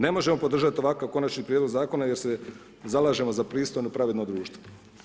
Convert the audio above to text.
Ne možemo podržati ovakav konačni prijedlog zakona, jer se zalažemo za pristojno, pravedno društvo.